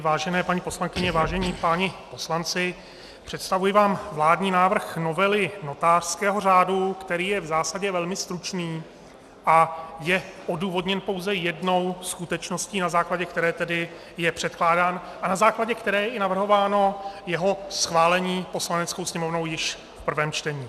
Vážené paní poslankyně, vážení páni poslanci, představuji vám vládní návrh novely notářského řádu, který je v zásadě velmi stručný a je odůvodněn pouze jednou skutečností, na základě které je předkládán a na základě které je i navrhováno jeho schválení Poslaneckou sněmovnou již v prvním čtení.